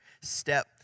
step